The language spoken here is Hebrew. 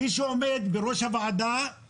מי שעומד בראש הוועדה הוא